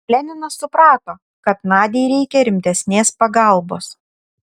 leninas suprato kad nadiai reikia rimtesnės pagalbos